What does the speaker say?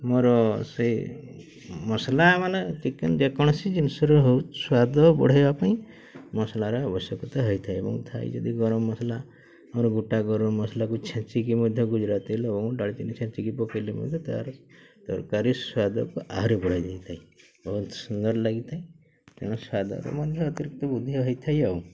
ମୋର ସେ ମସଲା ମାନେ ଚିକେନ୍ ଯେକୌଣସି ଜିନିଷରେ ହଉ ସ୍ୱାଦ ବଢ଼ାଇବା ପାଇଁ ମସଲାରେ ଆବଶ୍ୟକତା ହୋଇଥାଏ ଏବଂ ଥାଇ ଯଦି ଗରମ ମସଲା ଆମର ଗୋଟା ଗରମ ମସଲାକୁ ଛେଚିକି ମଧ୍ୟ ଗୁଜୁରାତି ଲବଙ୍ଗ ଡାଲିଚିନି ଛେଚିକି ପକାଇଲେ ମଧ୍ୟ ତା'ର ତରକାରୀ ସ୍ୱାଦକୁ ଆହୁରି ବଢ଼ାଇ ଦେଇଥାଏ ବହୁତ ସୁନ୍ଦର ଲାଗିଥାଏ ତେଣୁ ସ୍ୱାଦର ମଧ୍ୟ ଅତିରିକ୍ତ ବୃଦ୍ଧି ହେଇଥାଏ ଆଉ